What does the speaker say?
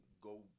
go